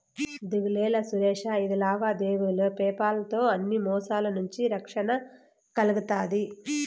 దిగులేలా సురేషా, ఇది లావాదేవీలు పేపాల్ తో అన్ని మోసాల నుంచి రక్షణ కల్గతాది